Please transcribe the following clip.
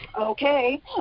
okay